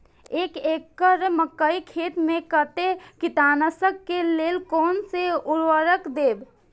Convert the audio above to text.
एक एकड़ मकई खेत में कते कीटनाशक के लेल कोन से उर्वरक देव?